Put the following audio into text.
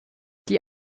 die